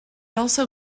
also